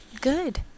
Good